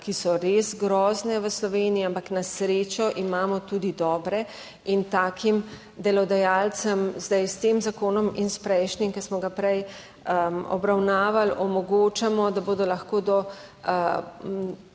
ki so res grozne v Sloveniji, ampak na srečo imamo tudi dobre. In takim delodajalcem zdaj s tem zakonom in s prejšnjim, ki smo ga prej obravnavali, omogočamo, da bodo lahko do